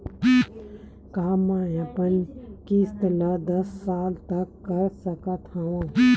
का मैं अपन किस्त ला दस साल तक कर सकत हव?